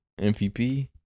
MVP